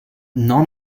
none